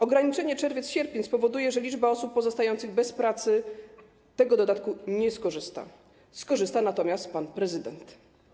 Ograniczenie czerwiec-sierpień spowoduje, że duża liczba osób pozostających bez pracy z tego dodatku nie skorzysta, skorzysta natomiast pan prezydent.